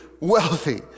Wealthy